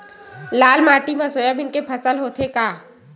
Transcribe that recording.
लाल माटी मा सोयाबीन के फसल होथे का?